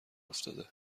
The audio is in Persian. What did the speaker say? افتاده